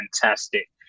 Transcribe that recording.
fantastic